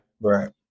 Right